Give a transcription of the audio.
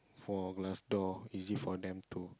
for glass door easy for them to